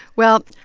well,